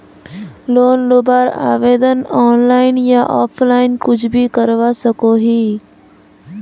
Loan लुबार आवेदन online या ऑफलाइन कुछ भी करवा सकोहो ही?